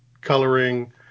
coloring